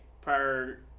prior